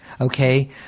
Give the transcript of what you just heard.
okay